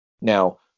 now